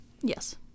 Yes